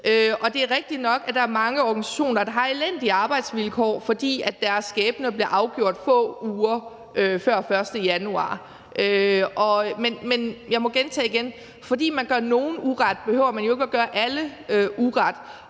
Og det er rigtigt nok, at der er mange organisationer, der har elendige arbejdsvilkår, fordi deres skæbne bliver afgjort få uger før den 1. januar. Men jeg må gentage, at fordi man gør nogen uret, behøver man jo ikke at gøre alle uret.